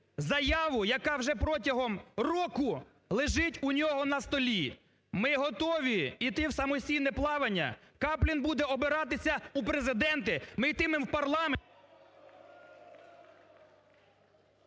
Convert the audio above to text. заяву, яка вже протягом року лежить у нього на столі. Ми готові йти у самостійне плавання. Каплін буде обиратися у Президенти, ми йтимемо в парламент…